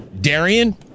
darian